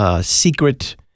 secret